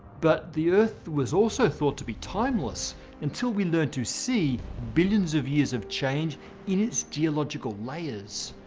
but the earth was also thought to be timeless until we learned to see billions of years of change in its geological layers.